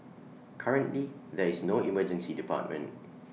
currently there is no Emergency Department